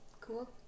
Cool